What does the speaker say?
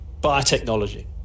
biotechnology